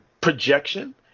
projection